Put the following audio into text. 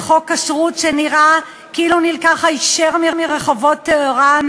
שרוצה מדינה חופשית ודמוקרטית,